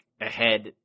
ahead